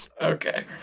Okay